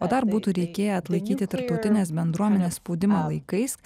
o dar būtų reikėję atlaikyti tarptautinės bendruomenės spaudimo laikais